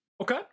okay